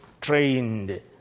trained